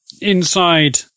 inside